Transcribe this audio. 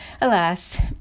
Alas